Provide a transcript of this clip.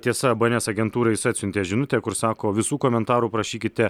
tiesa bns agentūrai jis atsiuntė žinutę kur sako visų komentarų prašykite